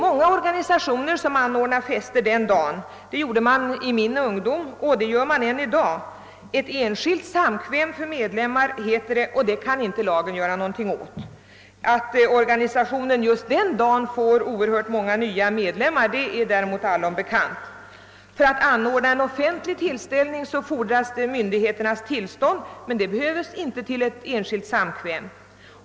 Många organisationer anordnar fester dessa helgdagar. Det gjorde man i min ungdom och det gör man än i dag. Man kallar det för enskilt samkväm. För sådana sammankomster är inte lagen tillämplig. Däremot är det allom bekant att den arrangerande organisationen får oerhört många nya medlemmar en sådan dag. För att anordna en offentlig tillställning fordras däremot myndigheternas tillstånd, som alltid är förknippat med krav på ordningsvakter.